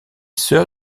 sœur